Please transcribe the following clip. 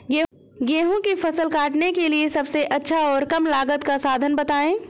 गेहूँ की फसल काटने के लिए सबसे अच्छा और कम लागत का साधन बताएं?